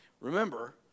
Remember